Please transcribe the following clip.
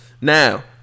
Now